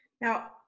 Now